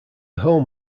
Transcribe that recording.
home